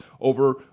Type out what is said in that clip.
over